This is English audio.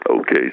Okay